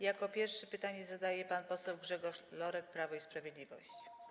Jako pierwszy pytanie zadaje pan poseł Grzegorz Lorek, Prawo i Sprawiedliwość.